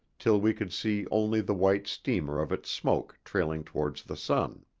till we could see only the white streamer of its smoke trailing towards the sun.